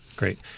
Great